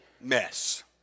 mess